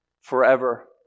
forever